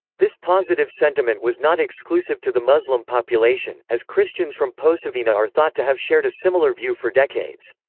this positive sentiment was not exclusive to the muslim population, as christians from posavina are thought to have shared a similar view for decades.